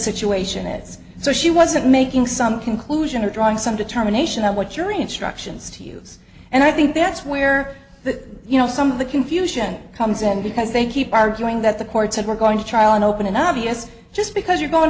situation is so she wasn't making some conclusion or drawing some determination on what your instructions to use and i think that's where the you know some of the confusion comes in because they keep arguing that the court said we're going to trial and open an obvious just because you're going